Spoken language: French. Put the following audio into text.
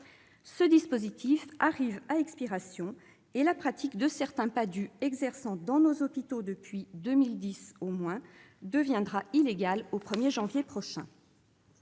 Ce dispositif arrive à expiration, et la pratique de certains PADHUE exerçant dans nos hôpitaux depuis 2010 au moins deviendra illégale le 1 janvier prochain.